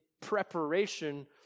preparation